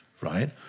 right